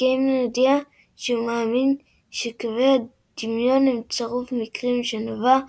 וגיימן הודה שהוא מאמין שקווי הדמיון הם צירוף מקרים שנובע,